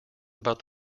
about